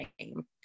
name